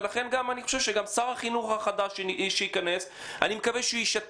אני מקווה ששר החינוך החדש ישתף פעולה